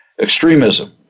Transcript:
Extremism